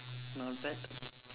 noted